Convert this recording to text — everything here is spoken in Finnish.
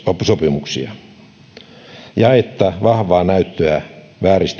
oppisopimuksia vahvaa näyttöä